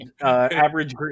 average